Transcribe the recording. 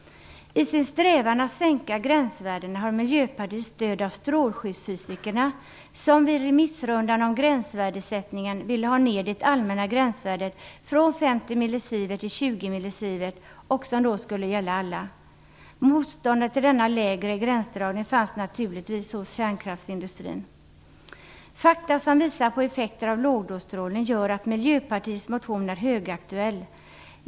I vår strävan att sänka gränsvärdena har vi i Miljöpartiet stöd av strålskyddsfysikerna, som vid remissrundan om gränsvärdessättningen ville har ner det allmänna gränsvärdet från 50 millisivert till 20 millisivert. Detta skulle gälla alla. Motståndet till denna lägre gränsdragning fanns naturligtvis hos kärnkraftsindustrin. Fakta som visar på effekter av lågdosstrålning gör att Miljöpartiets motion är högaktuell.